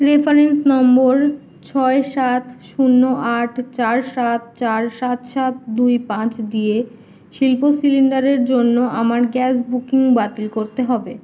reference number ছয় সাত শূন্য আট চার সাত চার সাত সাত দুই পাঁচ দিয়ে শিল্প সিলিণ্ডারের জন্য আমার গ্যাস বুকিং বাতিল করতে হবে